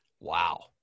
Wow